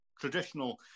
traditional